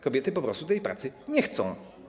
Kobiety po prostu tej pracy nie chcą.